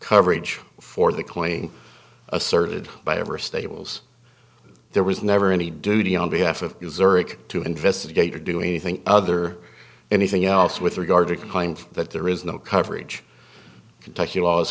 coverage for the cli asserted by ever stables there was never any duty on behalf of to investigate or do anything other anything else with regard to behind that there is no coverage kentucky laws